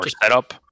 setup